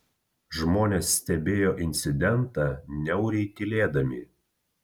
žmonės stebėjo incidentą niauriai tylėdami